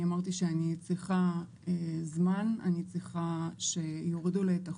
אני אמרתי שאני צריכה זמן אני צריכה שיורידו לי את החוב,